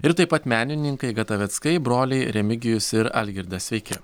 ir taip pat menininkai gataveckai broliai remigijus ir algirdas sveiki